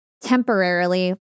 temporarily